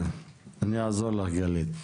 גלית.